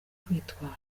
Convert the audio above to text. kwitwara